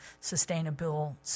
sustainable